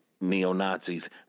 neo-Nazis